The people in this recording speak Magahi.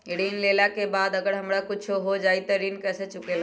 ऋण लेला के बाद अगर हमरा कुछ हो जाइ त ऋण कैसे चुकेला?